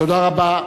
תודה רבה.